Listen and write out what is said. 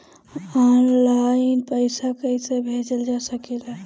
आन line पईसा कईसे भेजल जा सेकला?